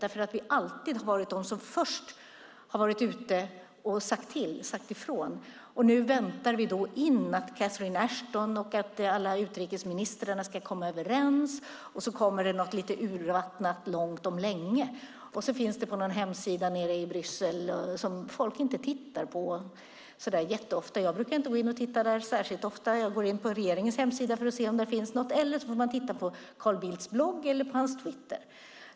Vi har alltid varit de som först har sagt ifrån, men nu väntar vi in att Catherine Ashton och alla utrikesministrarna ska komma överens, och sedan kommer det, långt om länge, ett ganska urvattnat uttalande. Sedan finns det på någon hemsida i Bryssel som folk inte tittar på särskilt ofta. Jag brukar inte gå in och titta där särskilt ofta. Jag går in på regeringens hemsida för att se om det finns något, eller så får man titta på Carl Bildts blogg eller på hans twitter.